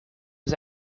was